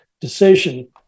decision